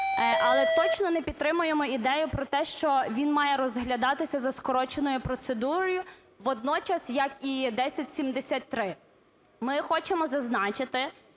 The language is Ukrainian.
але точно не підтримуємо ідею про те, що він має розглядатися за скороченою процедурою водночас, як і 1073. Ми хочемо зазначити,